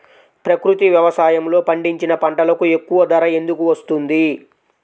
ప్రకృతి వ్యవసాయములో పండించిన పంటలకు ఎక్కువ ధర ఎందుకు వస్తుంది?